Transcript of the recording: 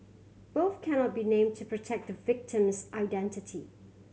both cannot be named to protect the victim's identity